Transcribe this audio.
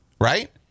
Right